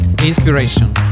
Inspiration